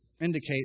indicate